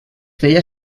feia